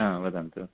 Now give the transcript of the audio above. वदन्तु